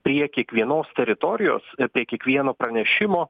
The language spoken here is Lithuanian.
prie kiekvienos teritorijos prie kiekvieno pranešimo